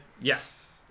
Yes